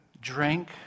drink